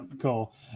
Cool